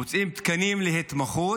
מוציאים תקנים להתמחות?